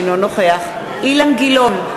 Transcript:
אינו נוכח אילן גילאון,